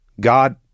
God